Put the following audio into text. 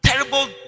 terrible